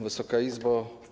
Wysoka Izbo!